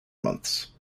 months